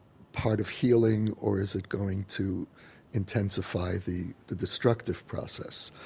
part of healing or is it going to intensify the the destructive process?